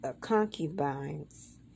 concubines